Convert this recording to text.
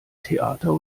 theater